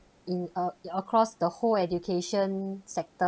in uh it across the whole education sector